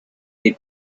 they